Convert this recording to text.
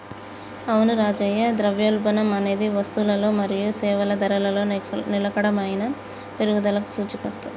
అవును రాజయ్య ద్రవ్యోల్బణం అనేది వస్తువులల మరియు సేవల ధరలలో నిలకడైన పెరుగుదలకు సూచిత్తది